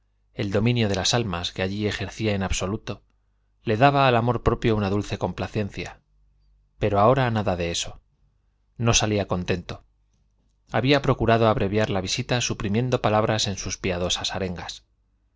el dominio de las almas que allí ejercía en absoluto le daba al amor propio una dulce complacencia pero ahora nada de eso no salía contento había procurado abreviar la visita suprimiendo palabras en sus piadosas arengas